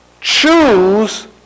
choose